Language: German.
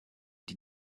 die